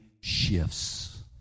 shifts